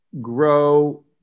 grow